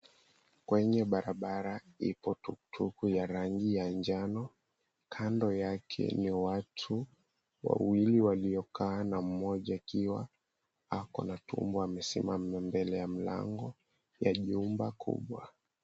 Kwenye barabara ipo tuktuk ya rangi ya njano, kando yake ni watu wawili waliokaa na mmoja akiwa ako na tumbo amesimama mbele ya mlango ya nyumba kubwa.